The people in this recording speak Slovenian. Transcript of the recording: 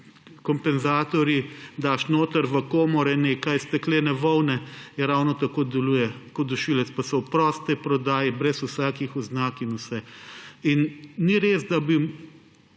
kompenzatorju daš noter v komore nekaj steklene volne, ravno tako deluje kot dušilec. Pa so v prosti prodaji, brez vsakih oznak. Ni res, da ne